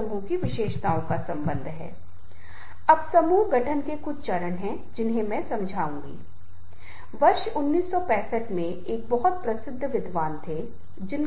वह उस विशेष पहलू पर प्रकाश डालने या ध्यान केंद्रित करने की कोशिश कर रहा है तो वह आसानी से उसे प्रेरित करने की स्थिति में होगा